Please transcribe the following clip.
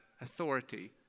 authority